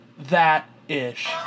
that-ish